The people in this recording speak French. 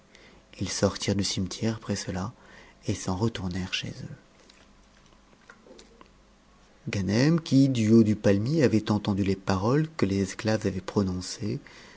ils sortirent du cimetière après cela et s'en retournèrent chez eux ganem qui du haut du palmier avait entendu les paroles que les esclaves avaient prononcées